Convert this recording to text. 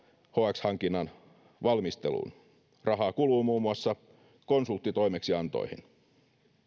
hx hankinnan valmisteluun rahaa kuluu muun muassa konsulttitoimeksiantoihin